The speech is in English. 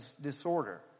disorder